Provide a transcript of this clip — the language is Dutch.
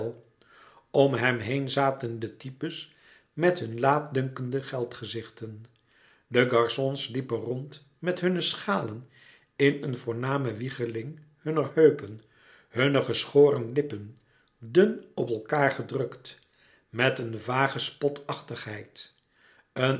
om hem heen zaten de types met hunne laatdunkende geldgezichten de garçons liepen rond met hunne schalen in een voorname wiegeling hunner heupen hunne geschoren lippen dun op elkaâr gedrukt met een vage spotachtigheid